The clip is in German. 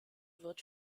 wird